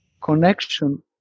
connection